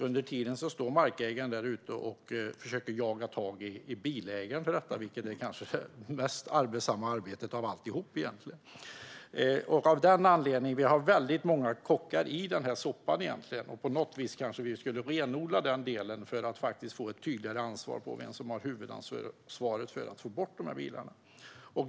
Under tiden får markägaren försöka jaga tag i bilägaren, vilket kanske är det mest arbetsamma av alltihop. Vi har väldigt många kockar runt den här soppan. På något vis kanske vi skulle renodla detta för att klargöra vem som har huvudansvaret för att få bort de här bilarna.